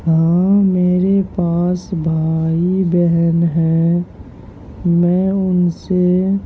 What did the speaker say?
ہاں میرے پاس بھائی بہن ہیں میں ان سے